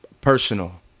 personal